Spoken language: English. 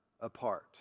apart